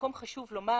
מקום חשוב לומר,